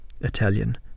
Italian